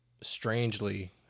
strangely